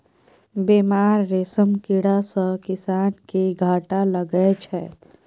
बेमार रेशम कीड़ा सँ किसान केँ घाटा लगै छै